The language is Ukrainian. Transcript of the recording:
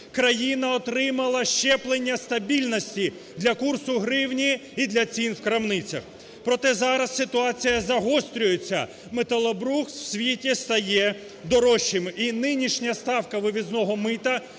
Країна отримала щеплення стабільності для курсу гривні і для цін в крамницях. Проте зараз ситуація загострюється. Металобрухт в світі стає дорожчим. І нинішня ставка вивізного мита